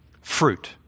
fruit